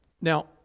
Now